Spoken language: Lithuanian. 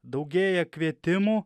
daugėja kvietimų